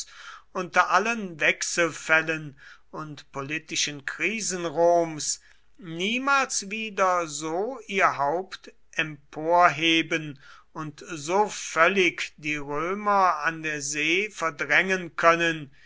unter allen wechselfällen und politischen krisen roms niemals wieder so ihr haupt emporheben und so völlig die römer an der see verdrängen können